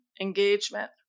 engagement